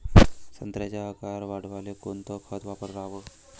संत्र्याचा आकार वाढवाले कोणतं खत वापराव?